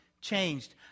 changed